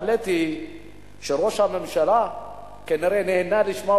התפלאתי שראש הממשלה כנראה נהנה לשמוע